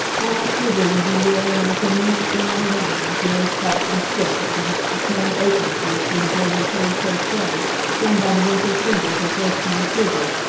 alma pflugel would be wearing one of her neat gingham gowns, very starched and stiff, with perhaps a snowy apron edged with a border of heavy crochet done by the wrinkled fingers of grossmutter pflugel.